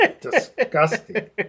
Disgusting